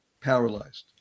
paralyzed